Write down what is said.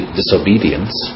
disobedience